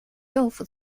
政府